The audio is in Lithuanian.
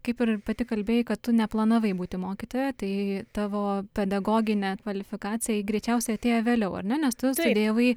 kaip ir pati kalbėjai kad tu neplanavai būti mokytoja tai tavo pedagoginė kvalifikacija ji greičiausiai atėjo vėliau ar ne nes tu studijavai